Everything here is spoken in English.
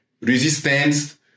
resistance